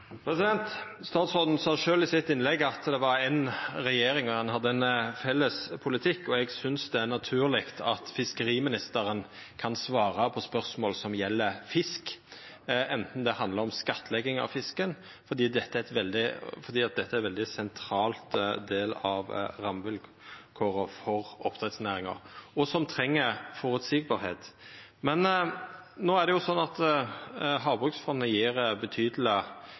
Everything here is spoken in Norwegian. ansvar. Statsråden sa sjølv i innlegget sitt at regjeringa har ein felles politikk, og eg synest det er naturleg at fiskeriministeren kan svara på spørsmål som gjeld fisk, òg det som handlar om skattlegging av fisken, for dette er ein veldig sentral del av rammevilkåra for oppdrettsnæringa, som treng føreseielege vilkår. No er det jo sånn at Havbruksfondet gjev betydeleg